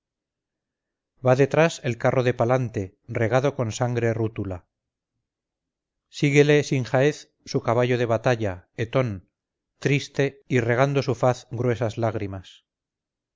va detrás el carro de palante regado con sangre rútula síguele sin jaez su caballo de batalla etón triste y regando su faz gruesas lágrimas